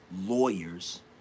lawyers